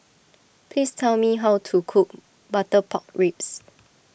please tell me how to cook Butter Pork Ribs